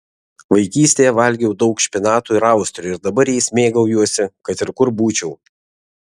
vaikystėje valgiau daug špinatų ir austrių ir dabar jais mėgaujuosi kad ir kur būčiau